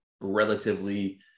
relatively